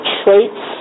traits